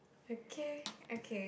okay okay